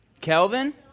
Kelvin